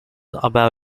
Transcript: about